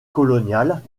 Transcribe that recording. coloniale